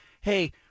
hey